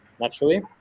naturally